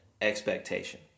expectation